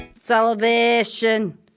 salvation